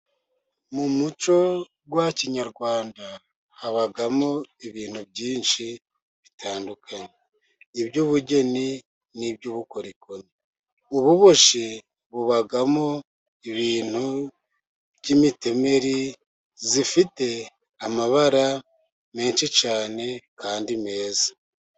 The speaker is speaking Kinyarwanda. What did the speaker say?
Mu muco wa kinyarwanda habamo ibintu byinshi bitandukanye, iby'ubugeni n'iby'ubukorikori, ububoshyi bubamo ibintu by'imitemeri ifite amabara menshi cyane kandi meza.